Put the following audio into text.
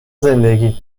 زندگی